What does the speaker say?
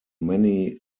many